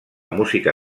música